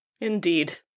Indeed